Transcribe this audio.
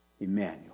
Emmanuel